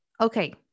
Okay